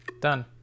Done